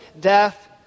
death